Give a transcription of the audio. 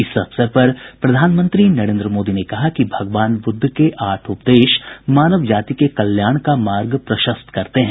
इस अवसर पर प्रधानमंत्री नरेंद्र मोदी ने कहा कि भगवान बुद्ध के आठ उपदेश मानव जाति के कल्याण का मार्ग प्रशस्त करते हैं